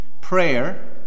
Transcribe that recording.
prayer